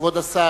כבוד השר,